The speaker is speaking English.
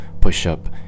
push-up